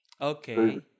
Okay